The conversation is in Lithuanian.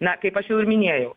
na kaip aš jau ir minėjau